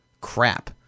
crap